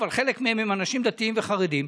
אבל חלק מהם הם אנשים דתיים וחרדים.